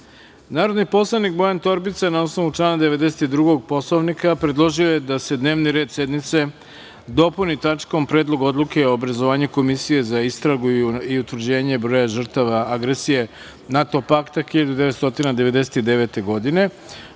predlog. Narodni poslanik Bojan Torbica je, na osnovu člana 92. Poslovnika, predložio da se dnevni red sednice dopuni tačkom – Predlog odluke o obrazovanju komisije za istragu i utvrđenje broja žrtava agresije NATO pakta 1999. godine,